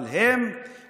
אבל הוא מוסרי,